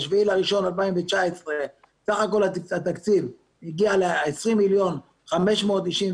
ב-7.1.2019 סך כל התקציב הגיע ל-20,594,000.